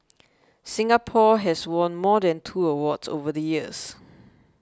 Singapore has won more than two awards over the years